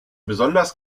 besonders